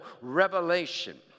revelation